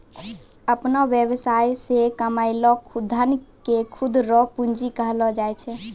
अपनो वेवसाय से कमैलो धन के खुद रो पूंजी कहलो जाय छै